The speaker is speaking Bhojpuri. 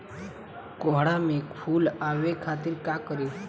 कोहड़ा में फुल आवे खातिर का करी?